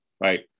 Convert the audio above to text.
right